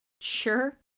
sure